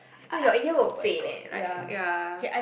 no your ear will pain eh like ya